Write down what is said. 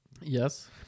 Yes